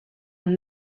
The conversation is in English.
one